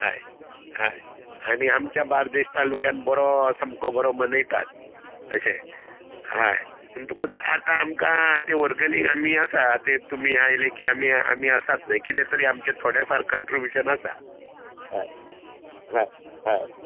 हय हय आनी आमच्या बार्देश तालुक्यान बरो सामको बरो मनयतात अशें हय म्हणटकूच आतां आमकां ते वर्गणिक आमी आसा ते तुमी आयले की आमी आसात न्हय कितें तरू आमचे थोडे फार कनट्रब्यूशन आसा हय हय हय